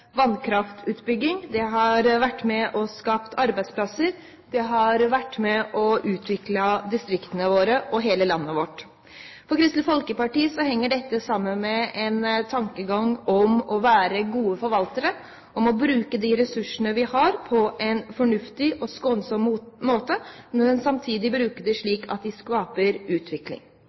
vannkraftutbygging. Det har vært med på å skape arbeidsplasser. Det har vært med på å utvikle distriktene våre og hele landet vårt. For Kristelig Folkeparti henger dette sammen med en tankegang om å være gode forvaltere, om å bruke de ressursene vi har, på en fornuftig og skånsom måte, når man samtidig bruker dem slik at de skaper utvikling.